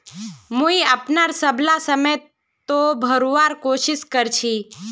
मुई अपनार सबला समय त भरवार कोशिश कर छि